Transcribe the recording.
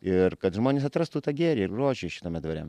ir kad žmonės atrastų tą gėrį ir grožį šitame dvare